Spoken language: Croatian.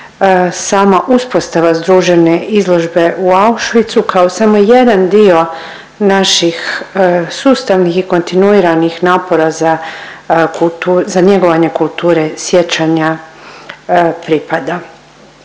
sama ustava združene izložbe u Auschwitzu kao samo jedan dio naših sustavnih i kontinuiranih napora za .../nerazumljivo/... za njegovanje kulture sjećanja pripada.